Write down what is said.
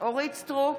אורית מלכה סטרוק,